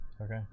Okay